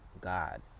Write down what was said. god